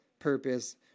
purpose